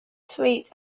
sweet